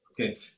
Okay